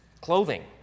clothing